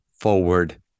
forward